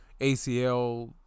ACL